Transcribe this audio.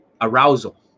arousal